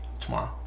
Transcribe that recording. tomorrow